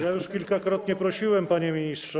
Ja już kilkakrotnie prosiłem, panie ministrze.